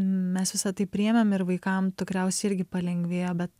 mes visą tai priėmėm ir vaikam tikriausiai irgi palengvėjo be